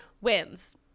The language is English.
wins